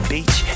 Beach